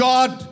God